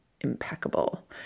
impeccable